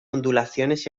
ondulaciones